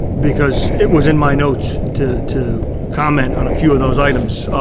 because it was in my notes to to comment on a few of those items.